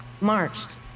Marched